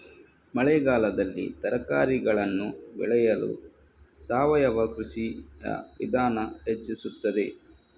ಮಳೆಗಾಲದಲ್ಲಿ ತರಕಾರಿಗಳನ್ನು ಬೆಳೆಯಲು ಸಾವಯವ ಕೃಷಿಯ ವಿಧಾನ ಹೆಚ್ಚಿಸುತ್ತದೆ?